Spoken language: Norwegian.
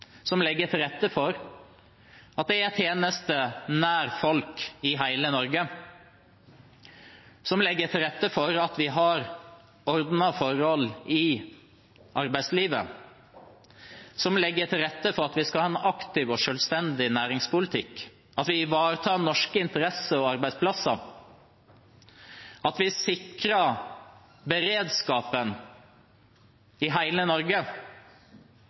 som legger til rette for at det er tjenester nær folk i hele Norge, legger til rette for at vi har ordnede forhold i arbeidslivet, og legger til rette for at vi skal ha en aktiv og selvstendig næringspolitikk, at vi ivaretar norske interesser og arbeidsplasser, at vi sikrer beredskapen i hele Norge,